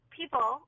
people